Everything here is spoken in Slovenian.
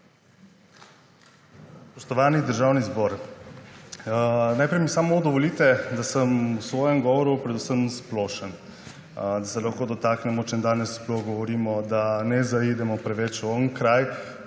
Spoštovani Državni zbor! Najprej mi dovolite, da sem v svojem govoru predvsem splošen, da se lahko dotaknem, o čem danes sploh govorimo, da ne zaidemo prevečonkraj,